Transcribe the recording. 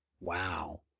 wow